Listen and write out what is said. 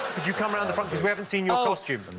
could you come round the front? cos we haven't seen your costume.